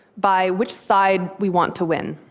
by which side we want to win.